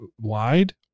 wide